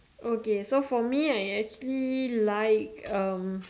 okay so for me I actually like um